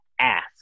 ask